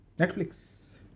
Netflix